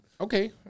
Okay